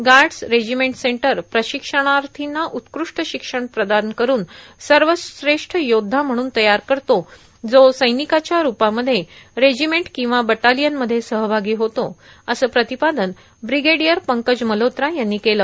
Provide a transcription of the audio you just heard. गाईस regiment centre प्रशिक्षणार्थींना उत्कृष्ट शिक्षण प्रदान करून सर्वश्रेष्ठ योद्धा म्हणून तयार करतो जो सैनिकाच्या रूपामध्ये रेजिमेंट किंवा बटालियनमध्ये सहभागी होतो असं प्रतिपादन ब्रिगेडियर पंकज मल्होत्रा यांनी केलं